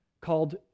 called